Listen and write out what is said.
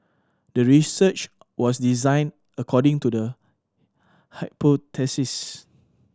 the research was designed according to the